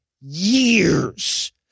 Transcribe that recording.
years